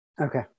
Okay